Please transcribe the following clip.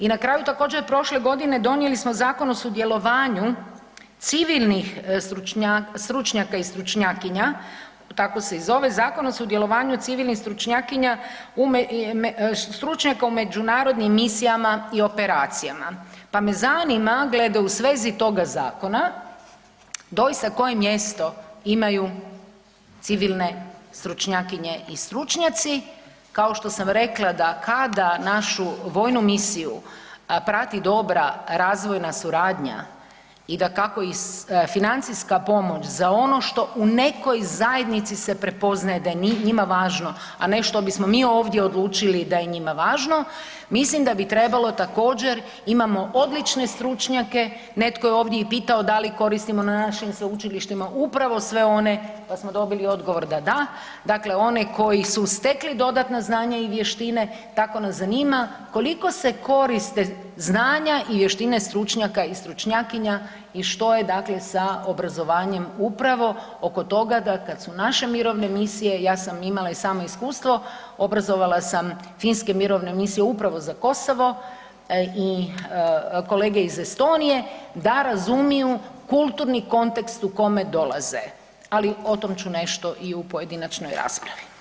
I na kraju, također i prošle godine donijeli smo Zakon o sudjelovanju civilnih stručnjaka i stručnjakinja, tako se i zove Zakon o sudjelovanju civilnih stručnjakinja, stručnjaka u međunarodnim misijama i operacijama, pa me zanima glede u svezi toga zakona, doista koje mjesto imaju civilne stručnjakinje i stručnjaci, kao što sam rekla da kada našu vojnu misiju prati dobra razvojna suradnja i da kako i financijska pomoć za ono što u nekoj zajednici se prepoznaje da je njima važno, a ne što bismo mi ovdje odlučili da je njima važno mislim da bi trebalo također, imamo odlične stručnjake, netko je ovdje i pitao da li koristimo na našim sveučilištima upravo sve one, pa smo dobili odgovor da da, dakle one koji su stekli dodatna znanja i vještine, tako nas zanima koliko se koriste znanja i vještine stručnjaka i stručnjakinja i što je dakle sa obrazovanjem upravo oko toga da kad su naše mirovne misije, ja sam imala i sama iskustvo, obrazovala sam finske mirovne misije upravo za Kosovo i kolege iz Estonije da razumiju kulturni kontekst u kome dolaze, ali o tom ću nešto i u pojedinačnoj raspravi.